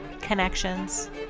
connections